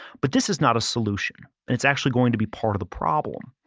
but this is not a solution. it's actually going to be part of the problem.